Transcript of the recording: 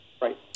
Right